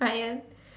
Ryan